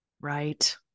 Right